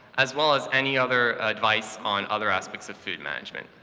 as well as any other advice on other aspects of food management.